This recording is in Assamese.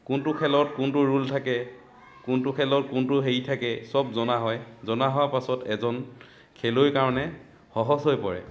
কোনটো খেলত কোনটো ৰুল থাকে কোনটো খেলৰ কোনটো হেৰি থাকে চব জনা হয় জনা হোৱাৰ পাছত এজন খেলুৱৈৰ কাৰণে সহজ হৈ পৰে